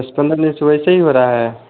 दस पंद्रह दिन से वैसे ही हो रहा है